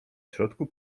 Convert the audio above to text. środku